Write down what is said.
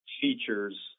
features